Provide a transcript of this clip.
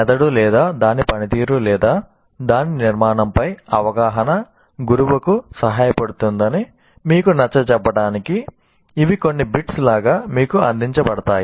మెదడు లేదా దాని పనితీరు లేదా దాని నిర్మాణంపై అవగాహన గురువుకు సహాయపడుతుందని మీకు నచ్చచెప్పడానికి ఇవి కొన్ని బిట్స్ లాగా మీకు అందించబడతాయి